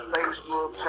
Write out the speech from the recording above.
Facebook